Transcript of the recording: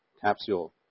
capsule